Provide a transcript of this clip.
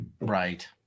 Right